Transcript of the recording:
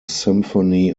symphony